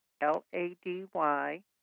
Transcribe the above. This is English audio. L-A-D-Y